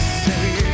say